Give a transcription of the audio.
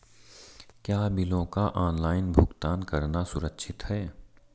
क्या बिलों का ऑनलाइन भुगतान करना सुरक्षित है?